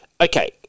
Okay